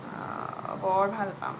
বৰ ভাল পাম